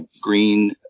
green